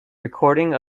recording